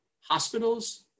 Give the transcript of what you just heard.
Hospitals